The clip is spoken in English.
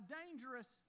dangerous